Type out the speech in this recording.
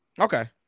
Okay